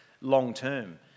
long-term